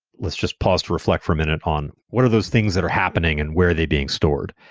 let's just pause to reflect for a minute on what are those things that are happening and where are they being stored.